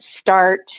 start